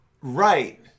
right